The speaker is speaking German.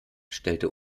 stellte